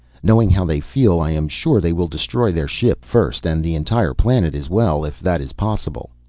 knowing how they feel i am sure they will destroy their ship first, and the entire planet as well, if that is possible.